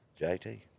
JT